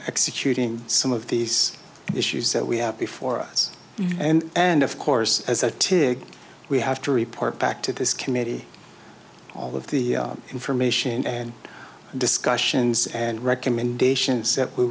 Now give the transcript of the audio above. executing some of these issues that we have before us and and of course as a tig we have to report back to this committee all of the information and discussions and recommendations that we